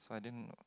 so I didn't